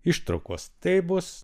ištraukos tai bus